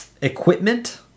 Equipment